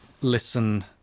listen